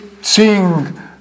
seeing